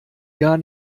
gar